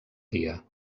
dia